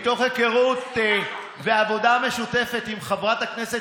ומתוך היכרות ועבודה משותפת עם חברת הכנסת